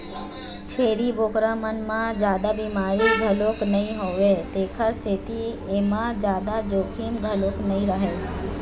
छेरी बोकरा मन म जादा बिमारी घलोक नइ होवय तेखर सेती एमा जादा जोखिम घलोक नइ रहय